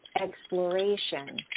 Exploration